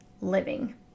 living